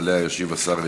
מס' 3499,